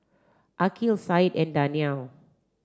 Aqil Said and Daniel